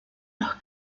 los